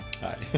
Hi